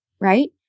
right